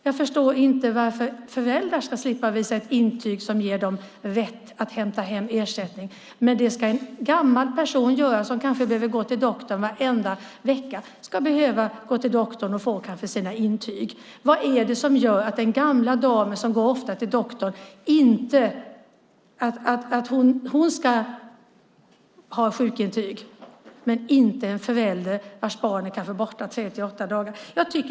Jag förstår inte varför föräldrar ska slippa visa ett intyg som ger dem rätt att hämta hem ersättning. Det ska en gammal person göra som kanske behöver gå till doktorn varenda vecka för att få sina intyg. Vad är det som gör att den gamla damen som går till doktorn ofta ska ha sjukintyg, men inte en förälder vars barn är borta tre till åtta dagar?